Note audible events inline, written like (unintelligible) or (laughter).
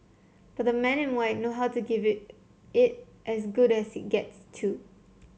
but the man in white know how to give it (unintelligible) as good as it gets too